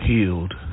Healed